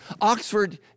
Oxford